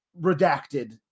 Redacted